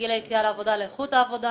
גיל היציאה לעבודה לאיכות העבודה